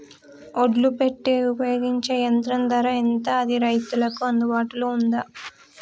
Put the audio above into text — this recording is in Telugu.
ఒడ్లు పెట్టే ఉపయోగించే యంత్రం ధర ఎంత అది రైతులకు అందుబాటులో ఉందా?